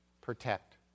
protect